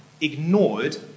ignored